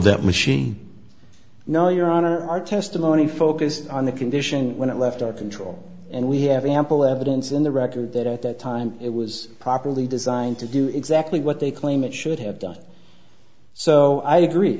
that machine no your honor our testimony focused on the condition when it left our control and we have ample evidence in the record that at that time it was properly designed to do exactly what they claim it should have done so i agree